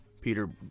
Peter